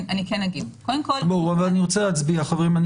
אני כן אגיד --- אבל אני רוצה להצביע, חברים .